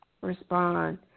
respond